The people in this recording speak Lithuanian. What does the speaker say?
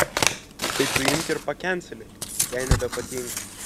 tai tu imk ir pakencelink jei nebepatinka